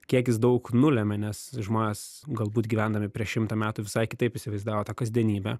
kiek jis daug nulemia nes žmonės galbūt gyvendami prieš šimtą metų visai kitaip įsivaizdavo tą kasdienybę